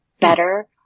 better